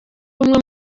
umwe